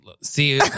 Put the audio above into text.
See